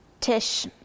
Tish